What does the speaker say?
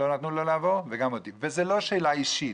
זו לא שאלה אישית,